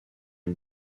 une